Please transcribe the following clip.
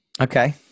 Okay